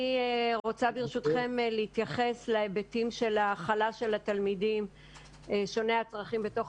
אני רוצה להתייחס להיבטים של ההכלה של התלמידים שוני הצרכים בתוך